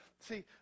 See